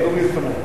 אז אורי לפני.